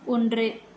ஒன்று